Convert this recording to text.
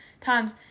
times